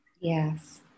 Yes